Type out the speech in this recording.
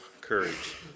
courage